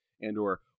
and/or